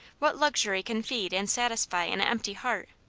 what luxury can feed and satisfy an empty heart?